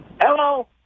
Hello